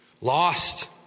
lost